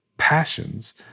passions